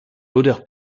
l’odeur